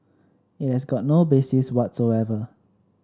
it has got no basis whatsoever